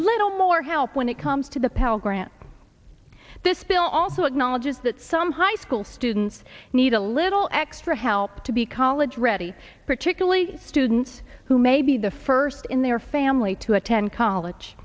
little more help when it comes to the pell grant this bill also acknowledges that some high school students need a little extra help to be college ready particularly students who may be the first in their family to attend college